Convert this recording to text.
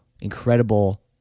incredible